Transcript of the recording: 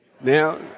Now